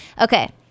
okay